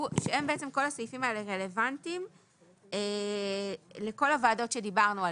שכל הסעיפים האלה רלוונטיים לכל הוועדות שדיברנו עליהן,